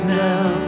now